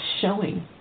showing